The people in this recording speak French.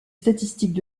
statistiques